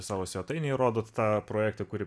savo svetainėj rodot tą projektą kurį